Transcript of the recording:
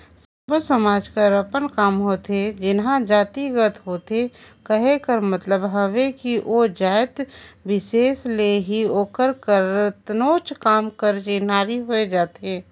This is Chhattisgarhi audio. सब्बो समाज कर अपन काम होथे जेनहा जातिगत होथे कहे कर मतलब हवे कि ओ जाएत बिसेस ले ही ओकर करतनो काम कर चिन्हारी होए जाथे